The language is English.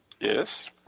Yes